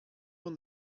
won